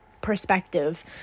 perspective